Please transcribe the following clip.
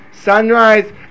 sunrise